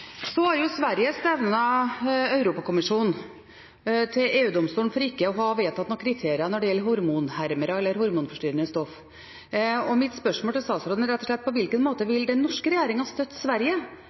Så har Sverige stevnet Europakommisjonen for EU-domstolen for ikke å ha vedtatt noen kriterier når det gjelder hormonhermere, eller hormonforstyrrende stoff. Mitt spørsmål til statsråden er rett og slett: På hvilken måte vil den norske regjeringen støtte Sverige